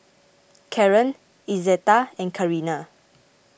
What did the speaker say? Karren Izetta and Carina